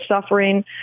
suffering